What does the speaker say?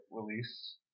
release